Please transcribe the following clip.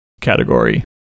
category